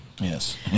Yes